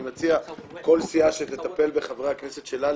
אני מציע שכל סיעה תטפל בחברי הכנסת שלה,